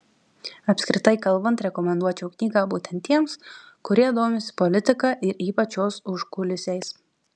apskritai kalbant rekomenduočiau knygą būtent tiems kurie domisi politika ir ypač jos užkulisiais